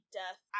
death